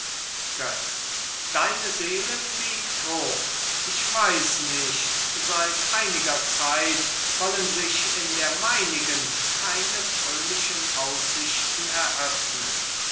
götz deine seele fliegt hoch ich weiß nicht seit einiger zeit wollen sich in der meinigen keine fröhlichen aussichten eröffnen